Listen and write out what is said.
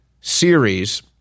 Series